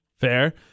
Fair